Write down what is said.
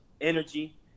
energy